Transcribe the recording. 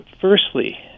firstly